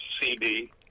cd